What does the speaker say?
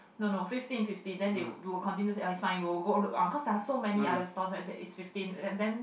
no no fifteen fifteen then they will we will continue say uh it's fine we will go look around cause there's so many other stalls then we said it's fifteen then